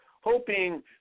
hoping